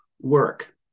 work